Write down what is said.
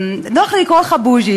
נוח לי לקרוא לך בוז'י,